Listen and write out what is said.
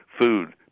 food